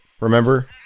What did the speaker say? Remember